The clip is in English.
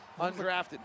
undrafted